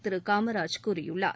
திரு காமராஜ் கூறியுள்ளார்